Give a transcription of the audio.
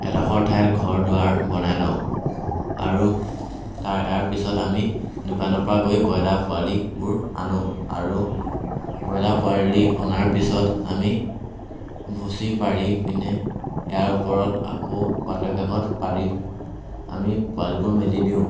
এডোখৰ ঠাইত ঘৰ দুৱাৰ বনাই লওঁ আৰু তাৰ পিছত আমি দোকানৰ পৰা গৈ ব্ৰয়লাৰ পোৱালিবোৰ আনো আৰু ব্ৰয়লাৰ পোৱালি অনাৰ পিছত আমি ভুচি পাৰি পিনে ইয়াৰ ওপৰত আকৌ বাতৰি কাকত পাৰি আমি পোৱালিবোৰ মেলি দিওঁ